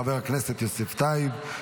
חבר הכנסת יוסף טייב,